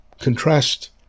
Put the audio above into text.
contrast